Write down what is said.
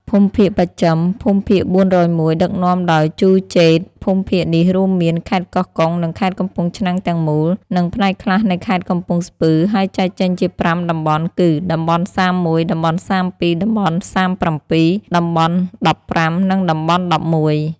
ភូមិភាគបស្ចិម (ភូមិភាគ៤០១) ដឹកនាំដោយ ជូ ជេត ភូមិភាគនេះរួមមាន ខេត្តកោះកុង និងខេត្តកំពង់ឆ្នាំងទាំងមូល និងផ្នែកខ្លះនៃខេត្តកំពង់ស្ពឺ ហើយចែកចេញជាប្រាំតំបន់គឺ តំបន់៣១ តំបន់៣២ តំបន់៣៧ តំបន់១៥ និងតំបន់១១។